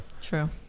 true